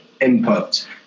input